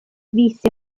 visse